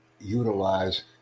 utilize